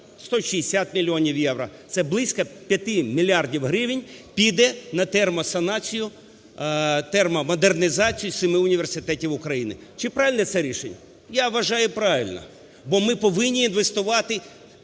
160 мільйонів євро, це близько 5 мільярдів гривень, піде на термосанацію, термомодернізацію 7 університетів України. Чи правильне це рішення? Я вважаю, правильне. Бо ми повинні інвестувати